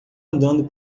andando